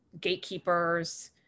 gatekeepers